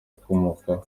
ukomoka